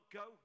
go